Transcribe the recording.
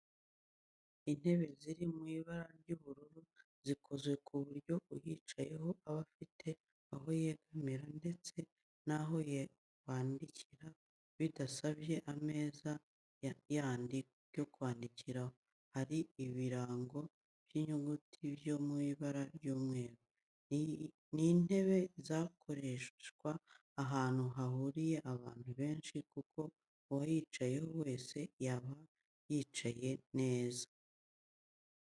Intebe ziri mu ibara ry'ubururu, zikozwe ku buryo uyicayeho aba afite aho yegamira ndetse n'aho kwandikira bidasabye ameza yandi yo kwandikiraho, hariho ibirango by'inyuguti byo mu ibara ry'umweru. Ni intebe zakoreshwa ahantu hahuriye abantu benshi kuko uwayicaraho wese yaba yicaye neza.